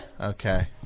Okay